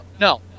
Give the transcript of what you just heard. no